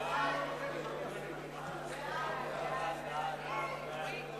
מי נמנע?